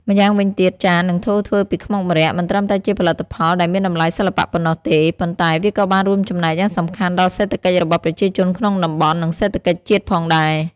ម្យ៉ាងវិញទៀតចាន និងថូធ្វើពីខ្មុកម្រ័ក្សណ៍ មិនត្រឹមតែជាផលិតផលដែលមានតម្លៃសិល្បៈប៉ុណ្ណោះទេ ប៉ុន្តែវាក៏បានរួមចំណែកយ៉ាងសំខាន់ដល់សេដ្ឋកិច្ចរបស់ប្រជាជនក្នុងតំបន់ និងសេដ្ឋកិច្ចជាតិផងដែរ។